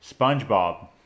SpongeBob